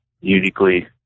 uniquely